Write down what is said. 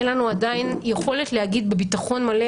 אין לנו עדיין יכולת להגיד בביטחון מלא